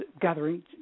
gathering